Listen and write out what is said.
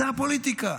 זו הפוליטיקה.